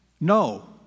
No